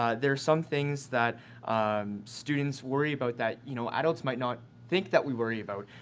ah there are some things that um students worry about that, you know, adults might not think that we worry about.